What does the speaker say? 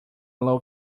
low